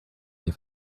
they